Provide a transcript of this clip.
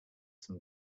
some